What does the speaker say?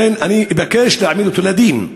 לכן, אני אבקש להעמיד אותו לדין.